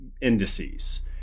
indices